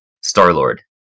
Star-Lord